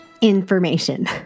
information